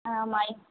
ஆமாம்